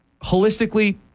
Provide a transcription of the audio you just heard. holistically